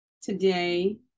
Today